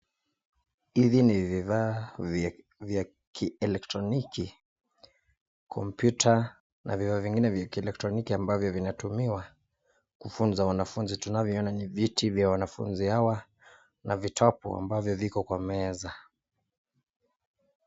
Hivi ni vifaa vya kielekroniki, kompyuta na vifaa vingine vya kielektroniki ambavyo vinavyotumiwa kufunza wanafunzi. Tunavyoona ni viti vya wanafunzi hawa na vitabu ambavyo viko kwa meza.